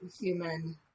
human